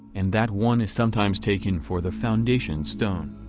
and that one is sometimes taken for the foundation stone.